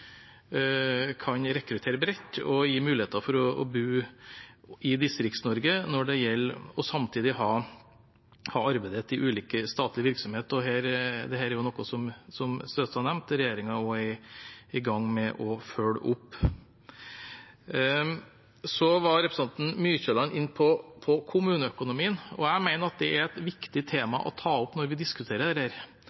rekruttere bredt og gi muligheter for å bo i Distrikts-Norge og samtidig ha arbeid i ulike statlige virksomheter. Dette er, som Støstad nevnte, noe som regjeringen er i gang med å følge opp. Representanten Mykjåland var inne på kommuneøkonomien. Jeg mener at det er et viktig